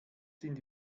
sind